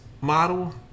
model